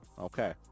Okay